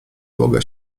boga